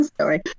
Sorry